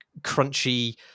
crunchy